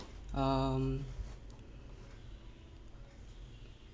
um